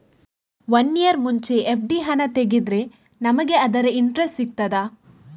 One year ಮುಂಚೆ FD ಹಣ ತೆಗೆದ್ರೆ ನಮಗೆ ಅದರ ಇಂಟ್ರೆಸ್ಟ್ ಸಿಗ್ತದ?